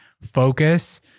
focus